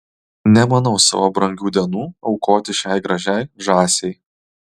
nemanau savo brangių dienų aukoti šiai gražiai žąsiai